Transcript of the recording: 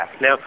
Now